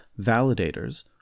validators